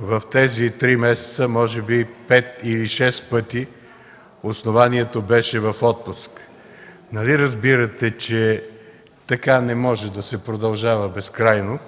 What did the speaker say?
В тези три месеца, може би пет или шест пъти основанието беше „в отпуск”. Нали разбирате, че така не може да се продължава безкрайно